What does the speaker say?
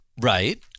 Right